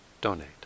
donate